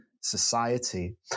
society